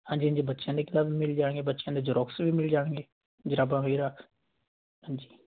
ਹਾਂਜੀ ਹਾਂਜੀ ਬੱਚਿਆਂ ਦੇ ਗਲਬਸ ਮਿਲ ਜਾਣਗੇ ਬੱਚਿਆਂ ਦੇ ਜਰੋਕਸ ਵੀ ਮਿਲ ਜਾਣਗੇ ਜਰਾਬਾਂ ਵਗੈਰਾ ਹਾਂਜੀ